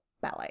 ballet